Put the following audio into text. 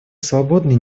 свободны